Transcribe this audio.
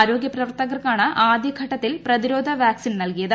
ആരോഗ്യ പ്രവർത്തകർക്കാണ് ആദ്യ ഘട്ടത്തിൽ പ്രതിരോധ വാക്സിൻ നൽകിയത്